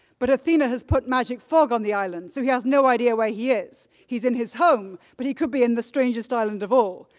but athena has put a magic fog on the island so he has no idea where he is. he's in his home, but he could be in the strangest island of all.